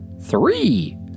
Three